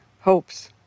hopes